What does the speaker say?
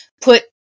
put